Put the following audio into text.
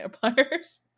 vampires